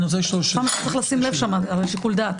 צריך לשים לב שם לשיקול הדעת.